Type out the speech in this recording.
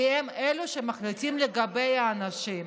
כי הם אלה שמחליטים לגבי האנשים.